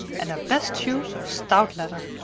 and their best shoes of stout leather.